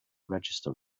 register